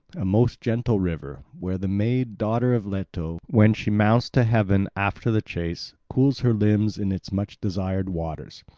a most gentle river, where the maid, daughter of leto, when she mounts to heaven after the chase, cools her limbs in its much-desired waters.